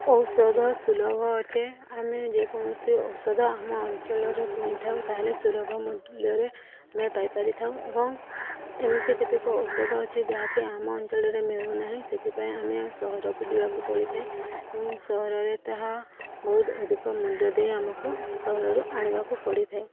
ଔଷଧ ସୁଲଭ ଅଟେ ଆମେ ଯେକୌଣସି ଔଷଧ ଆମ ଅଞ୍ଚଳରେ କିଣିଥାଉ ତା'ହେଲେ ସୁଲଭ ମୂଲ୍ୟରେ ଆମେ ପାଇପାରିଥାଉ ଏବଂ ଏମିତି କେତେକ ଔଷଧ ଅଛି ଯାହାକି ଆମ ଅଞ୍ଚଳରେ ମିଳୁନାହିଁ ସେଥିପାଇଁ ଆମେ ସହରକୁ ଯିବାକୁ ପଡ଼ିଥାଏ ଏବଂ ସହରରେ ତାହା ବହୁତ ଅଧିକ ମୂଲ୍ୟ ଦେଇ ଆମକୁ ସହରରୁ ଆଣିବାକୁ ପଡ଼ିଥାଏ